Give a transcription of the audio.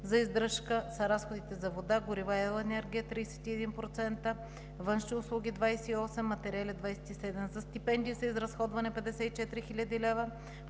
за издръжка са разходите за вода, горива и електроенергия – 31%, външни услуги – 28%, материали 27%. За стипендии са изразходвани 54 хил.